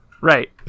Right